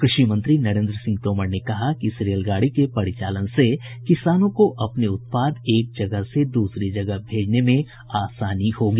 कृषि मंत्री नरेन्द्र सिंह तोमर ने कहा कि इस रेलगाड़ी के परिचालन से किसानों को अपने उत्पाद एक जगह से दूसरी जगह भेजने में आसानी होगी